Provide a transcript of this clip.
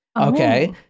Okay